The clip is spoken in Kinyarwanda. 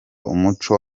umuco